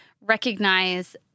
recognize